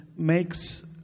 makes